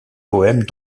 poèmes